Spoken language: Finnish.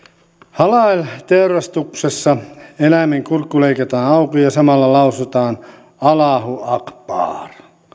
halal teurastuksessa eläimen kurkku leikataan auki ja samalla lausutaan allahu akbar